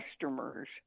customers